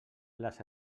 les